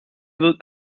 wird